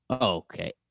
Okay